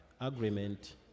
agreement